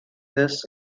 this